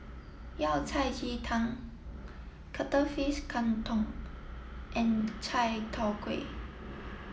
Yao Cai Ji Tang Cuttlefish Kang Kong and Chai Tow Kuay